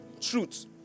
truth